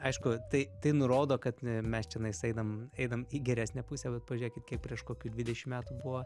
aišku tai tai nurodo kad mes čionais einam einam į geresnę pusę bet pažiūrėkit kiek prieš kokių dvidešim metų buvo